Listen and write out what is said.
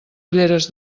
ulleres